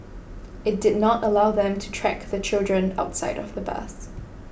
it did not allow them to track the children outside of the bus